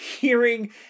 hearing